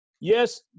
Yes